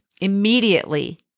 Immediately